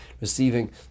receiving